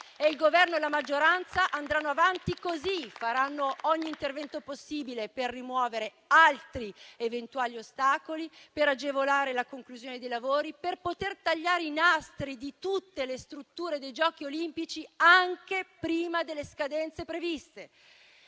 il Governo e la maggioranza andranno avanti così, faranno ogni intervento possibile per rimuovere altri eventuali ostacoli, per agevolare la conclusione dei lavori, per poter tagliare i nastri di tutte le strutture dei Giochi olimpici anche prima delle scadenze previste.